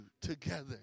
together